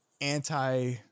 anti